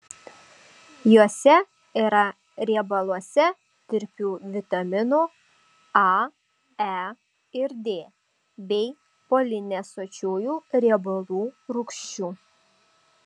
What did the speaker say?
juose yra riebaluose tirpių vitaminų a e ir d bei polinesočiųjų riebalų rūgščių